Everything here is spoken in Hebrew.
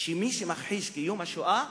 שמי שמכחיש את קיום השואה